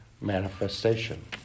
manifestation